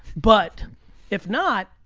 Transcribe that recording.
but if not,